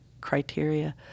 criteria